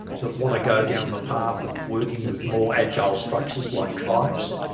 that want to go down the path of working with more agile structures like tribes,